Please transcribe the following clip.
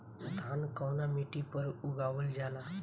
धान कवना मिट्टी पर उगावल जाला?